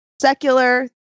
secular